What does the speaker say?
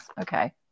Okay